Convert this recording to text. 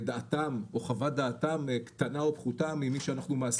דעתם או חוות דעתם קטנה או פחותה ממי שאנחנו מעסיקים.